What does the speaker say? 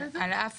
על אף